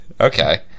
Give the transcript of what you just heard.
Okay